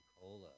cola